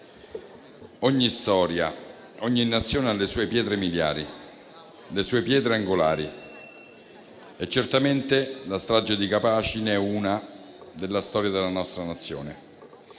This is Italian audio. ogni storia, ogni Nazione ha le sue pietre miliari, le sue pietre angolari e certamente la strage di Capaci è una di queste pietre della storia della nostra Nazione